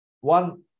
one